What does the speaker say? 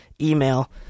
email